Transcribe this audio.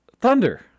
Thunder